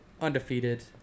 undefeated